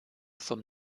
vom